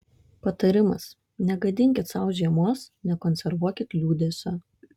patarimas negadinkit sau žiemos nekonservuokit liūdesio